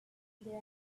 there